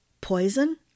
poison